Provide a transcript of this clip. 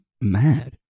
Mad